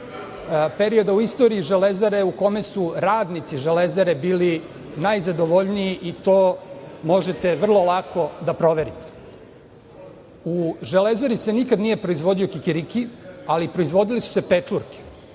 perioda u istoriji Železare, u kome su radnici Železare bili najzadovljniji i to možete vrlo lako da proverite. U Železari se nikada nije proizvodio kikiriki, ali proizvodile su se pečurke